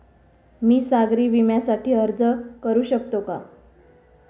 मी सागरी विम्यासाठी अर्ज करू शकते का?